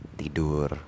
tidur